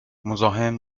مزاحم